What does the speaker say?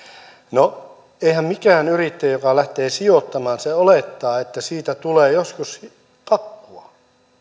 no eihän mikään yrittäjä joka lähtee sijoittamaan hänhän olettaa että siitä tulee joskus kakkua